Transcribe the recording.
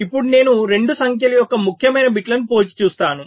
ఇప్పుడు నేను 2 సంఖ్యల యొక్క ముఖ్యమైన బిట్లను పోల్చి చూస్తాను